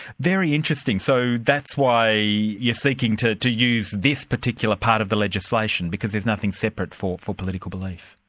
very interesting. so that's why you're seeking to to use this particular part of the legislation, because there's nothing separate for for political belief.